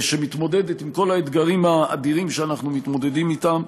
שמתמודדת עם כל האתגרים האדירים שאנחנו מתמודדים אתם.